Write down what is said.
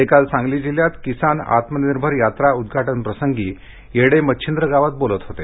ते काल सांगली जिल्ह्यात किसान आत्मनिर्भर यात्रा उद्घाटन प्रसंगी येडे मच्छिंद्र गावात बोलत होते